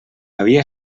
havia